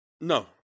No